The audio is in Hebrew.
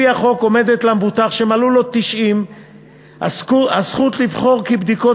לפי החוק עומדת למבוטח שמלאו לו 90 הזכות לבחור כי בדיקת